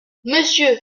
monsieur